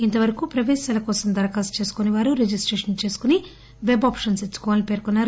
ఇంతవరకు ప్రవేశాల కోసం దరఖాస్తు చేయనివారు రిజిస్త్రేషన్ చేసుకుని పెబ్ ఆప్షన్లు ఇచ్చుకోవచ్చని పేర్కొన్నారు